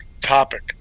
topic